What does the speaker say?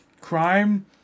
crime